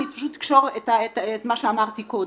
אני פשוט אקשור את מה שאמרתי קודם.